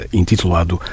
intitulado